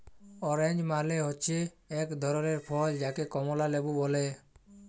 orange মালে হচ্যে এক ধরলের ফল যাকে কমলা লেবু ব্যলে